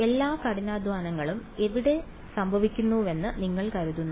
എല്ലാ കഠിനാധ്വാനങ്ങളും എവിടെ സംഭവിക്കുമെന്ന് നിങ്ങൾ കരുതുന്നു